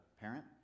parent